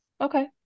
Okay